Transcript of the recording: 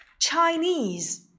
Chinese